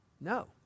No